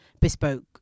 bespoke